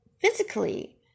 physically